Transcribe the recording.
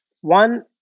One